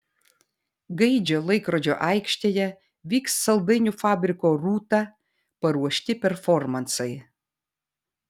gaidžio laikrodžio aikštėje vyks saldainių fabriko rūta paruošti performansai